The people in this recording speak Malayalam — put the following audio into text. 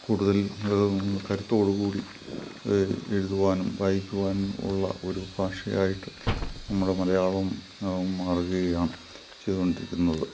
കൂടുതൽ കരുത്തോടു കൂടി എഴുതുവാനും വായിക്കുവാനും ഉള്ള ഒരു ഭാഷയായിട്ട് നമ്മളെ മലയാളം മാറുകയാണ് ചെയ്തു കൊണ്ടിരിക്കുന്നത്